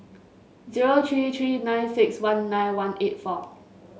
zero three three nine six one nine one eight four